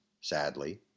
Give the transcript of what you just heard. sadly